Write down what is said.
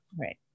Right